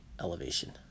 elevation